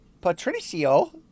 Patricio